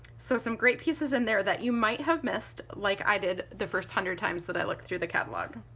so some great pieces in there that you might have missed like i did the first hundred times that i looked through the catalog.